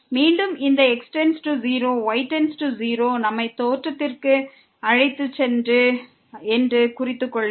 மீண்டும் இந்த x→0 y→0 நம்மை தோற்றத்திற்கு அழைத்துச் செல்லும் என்று குறித்துக்கொள்க